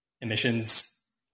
emissions